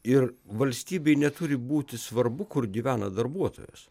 ir valstybei neturi būti svarbu kur gyvena darbuotojas